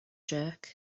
jerk